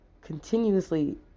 continuously